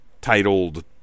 titled